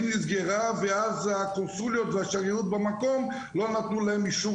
נסגרה והקונסוליות והשגרירויות לא נתנו להם אישור